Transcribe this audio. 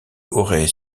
aurait